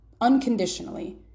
unconditionally